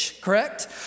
correct